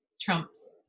trumps